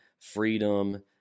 freedom